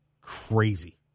Crazy